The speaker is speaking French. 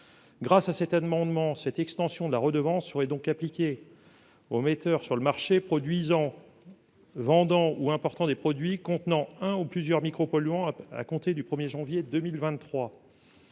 Grâce à cette amendement cette extension de la redevance sur les donc appliquer au metteur sur le marché, produisant, vendant ou important des produits contenant un ou plusieurs polluants à à compter du 1er janvier 2023.